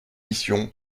mission